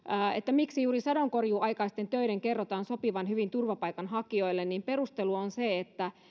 miksi juuri sadonkorjuuaikaisten töiden kerrotaan sopivan hyvin turvapaikanhakijoille on se että